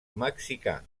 mexicà